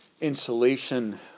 insulation